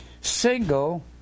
Single